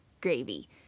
gravy